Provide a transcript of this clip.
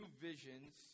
visions